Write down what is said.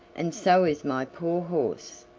and so is my poor horse.